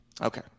Okay